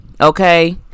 okay